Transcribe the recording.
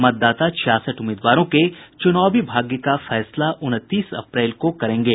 मतदाता छियासठ उम्मीदवारों के चुनावी भाग्य का फैसला उनतीस अप्रैल को करेंगे